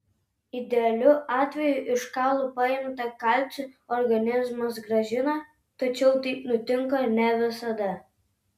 idealiu atveju iš kaulų paimtą kalcį organizmas grąžina tačiau taip nutinka ne visada